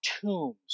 tombs